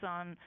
on